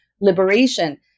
liberation